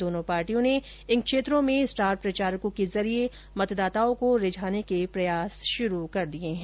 दोनों पार्टियों ने इन क्षेत्रों में स्टार प्रचारकों के जरिये मतदाताओं को रीझाने के प्रयास शुरू कर दिये है